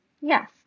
Yes